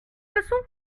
leçon